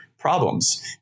Problems